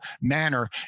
manner